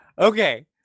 okay